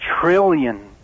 trillion